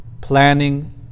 planning